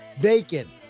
bacon